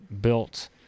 built